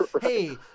hey